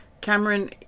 Cameron